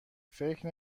فکر